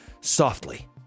softly